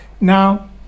Now